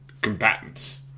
combatants